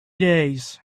days